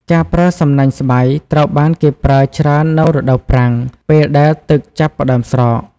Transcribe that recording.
ការប្រើសំណាញ់ស្បៃ ត្រូវបានគេប្រើច្រើននៅរដូវប្រាំង ពេលដែលទឹកចាប់ផ្ដើមស្រក។